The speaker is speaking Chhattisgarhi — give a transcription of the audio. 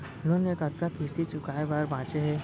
लोन के कतना किस्ती चुकाए बर बांचे हे?